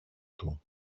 του